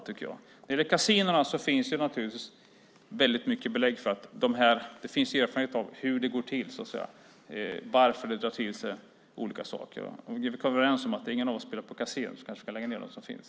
När det gäller kasinona finns det naturligtvis väldigt många belägg för hur och varför de drar till sig olika saker. Om vi kommer överens om att ingen av oss spelar på kasino kanske vi kan lägga ned dem som finns.